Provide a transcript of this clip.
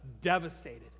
devastated